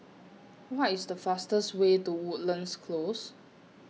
What IS The fastest Way to Woodlands Close